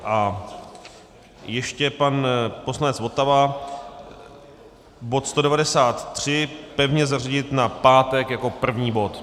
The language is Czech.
A ještě pan poslanec Votava bod 193 pevně zařadit na pátek jako první bod.